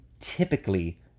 typically